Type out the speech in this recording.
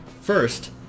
First